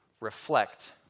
reflect